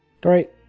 Great